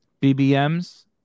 BBMs